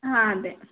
ആ അതേ